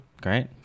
Great